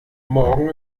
morgen